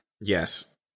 Yes